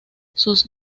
sus